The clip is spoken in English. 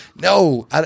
No